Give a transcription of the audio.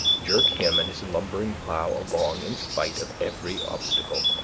jerk him and his and lumbering plow along in spite of every obstacle.